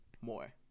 more